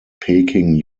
peking